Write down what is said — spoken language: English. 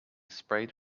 sprayed